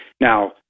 Now